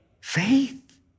Faith